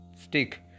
stick